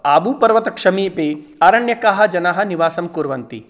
आबुपर्वतसमीपे आरण्यकाः जनाः निवासं कुर्वन्ति